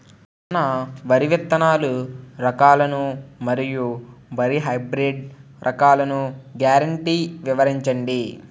సన్న వరి విత్తనాలు రకాలను మరియు వరి హైబ్రిడ్ రకాలను గ్యారంటీ వివరించండి?